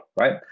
right